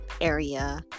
area